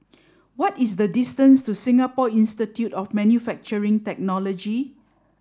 what is the distance to Singapore Institute of Manufacturing Technology